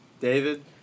David